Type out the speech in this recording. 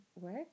work